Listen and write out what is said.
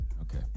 Okay